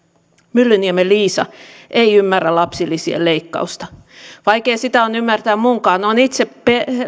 myllyniemen liisa ei ymmärrä lapsilisien leikkausta vaikea sitä on ymmärtää minunkaan olen itse